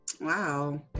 Wow